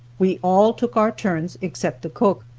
we all took our turns except the cook,